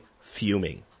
fuming